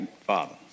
father